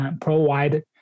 provide